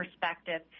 perspective